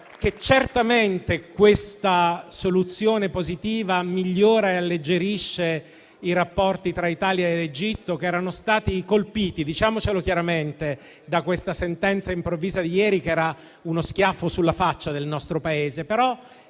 che certamente questa soluzione positiva migliora e alleggerisce i rapporti tra Italia e l'Egitto, che sono stati colpiti - diciamocelo chiaramente - dalla sentenza improvvisa di ieri, uno schiaffo in faccia al nostro Paese.